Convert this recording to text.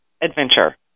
adventure